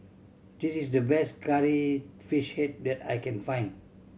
this is the best Curry Fish Head that I can find